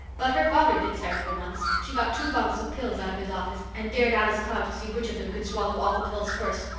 but her father did spank her once. she got two bottles of pills out of his office and dared alice clow to see which of them could swallow all the pills first,